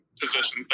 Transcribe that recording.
positions